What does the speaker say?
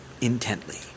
intently